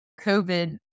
COVID